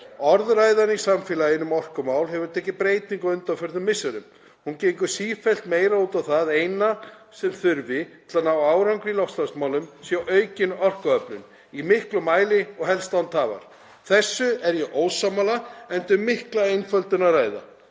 Orðræðan í samfélaginu um orkumál hefur tekið breytingum á undanförnum misserum. Hún gengur sífellt meira út á að það eina sem þurfi til að ná árangri í loftslagsmálum sé aukin orkuöflun í miklum mæli og helst án tafar. Þessu er ég ósammála enda um mikla einföldun að ræða.